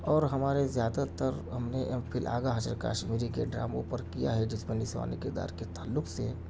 اور ہمارے زیادہ تر ہم نے ایم فل آغا حشر کاشمیری کے ڈراموں پر کیا ہے جس میں نسوانی کردار کے تعلق سے